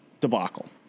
debacle